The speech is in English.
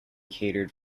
catered